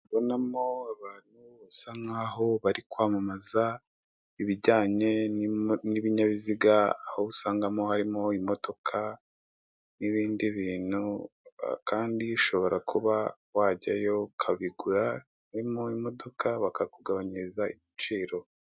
Ndabonamo abantu basa nkaho bari kwamamaza ibijyanye n'ibinyabiziga aho usangamo harimo imodoka nibindi bintu Kandi ushobora kuba wajyayo ukabigura harimo imodoka bakakugabanyiriza ibiciro.